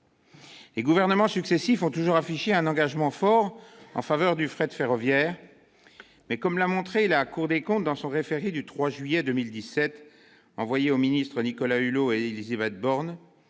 Les gouvernements successifs ont toujours affiché un engagement fort en faveur du fret ferroviaire. Mais, comme l'a montré la Cour des comptes dans son référé du 3 juillet 2017 envoyé aux ministres Nicolas Hulot et Élisabeth Borne,